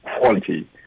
quality